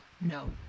No